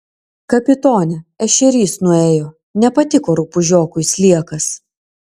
kapitone ešerys nuėjo nepatiko rupūžiokui sliekas